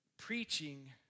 preaching